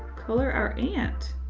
color our ant.